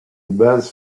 bases